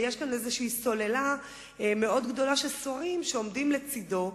ויש כאן סוללה מאוד גדולה של שרים שעומדים לצדו,